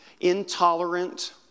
Intolerant